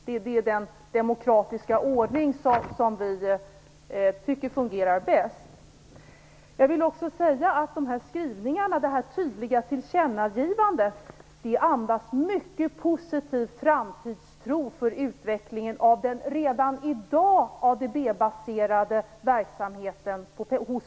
Det är den demokratiska ordning som vi tycker fungerar bäst. Skrivningarna och det tydliga tillkännagivandet andas en mycket positiv framtidstro för utvecklingen av den redan i dag ADB-baserade verksamheten hos